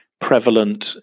prevalent